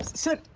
sir.